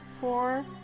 four